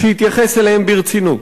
שיתייחס אליהם ברצינות.